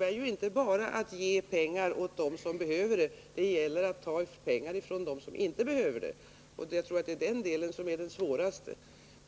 är ju inte bara fråga om att ge pengar till dem som behöver bidrag, utan det gäller också att ta pengar från dem som inte behöver de bidrag de har. Jag tror att det är den delen som är svårast.